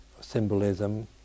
symbolism